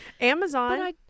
Amazon